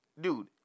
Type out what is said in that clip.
dude